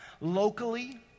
locally